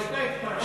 זו הייתה התפרעות?